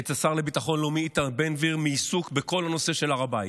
את השר לביטחון לאומי איתמר בן גביר מעיסוק בכל הנושא של הר הבית.